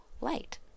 light